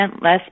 less